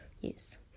yes